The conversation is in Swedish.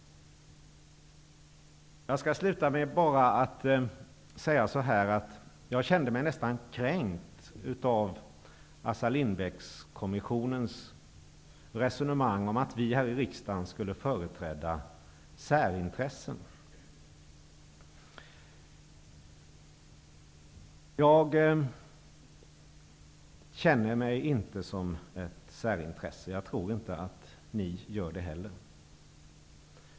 Jag vill till slut säga att jag kände mig nästan kränkt av Assar Lindbeck-kommissionens resonemang om att vi här i riksdagen skulle företräda särintressen. Jag känner mig inte som representant för ett särintresse, och jag tror inte heller att ni gör det.